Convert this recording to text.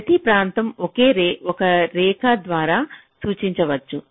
ప్రతి ప్రాంతం ఒకే రేఖ ద్వారా సూచించవచ్చు